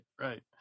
right